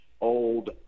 old